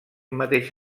mateix